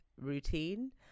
routine